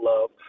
love